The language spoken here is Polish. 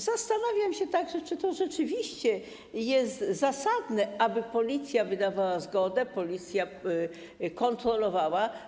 Zastanawiam się także, czy to rzeczywiście jest zasadne, aby Policja wydawała zgodę, Policja kontrolowała.